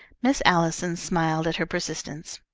miss allison smiled at her persistence.